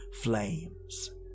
flames